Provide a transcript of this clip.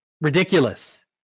ridiculous